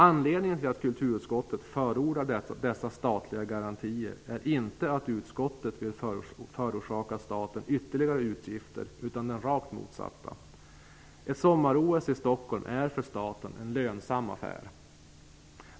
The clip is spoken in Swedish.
Anledningen till att kulturutskottet förordar dessa statliga garantier är inte att utskottet vill förorsaka staten ytterligare utgifter - tvärtom. Anledningen är den rakt motsatta. Ett sommar-OS i Stockholm är en lönsam affär för staten.